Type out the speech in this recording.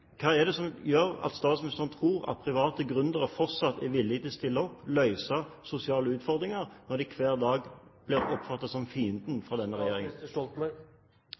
Hva er det som gjør at statsministeren tror at private gründere fortsatt er villig til å stille opp og løse sosiale utfordringer når de hver dag blir oppfattet som fienden av denne regjeringen?